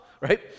right